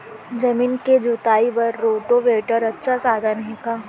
जमीन के जुताई बर रोटोवेटर अच्छा साधन हे का?